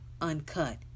uncut